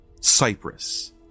Cyprus